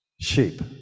sheep